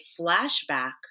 flashback